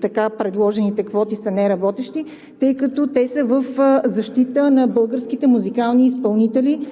така предложените квоти са неработещи, тъй като те са в защита на българските музикални изпълнители,